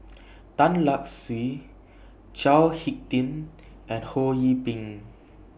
Tan Lark Sye Chao Hick Tin and Ho Yee Ping